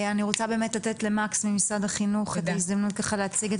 אני רוצה לתת למקס ממשרד החינוך את ההזדמנות להציג את